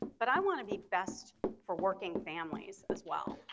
but i want to be best for working families as well.